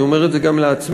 אני אומר את זה גם לעצמי,